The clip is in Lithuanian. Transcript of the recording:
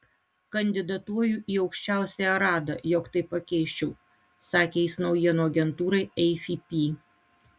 kandidatuoju į aukščiausiąją radą jog tai pakeisčiau sakė jis naujienų agentūrai afp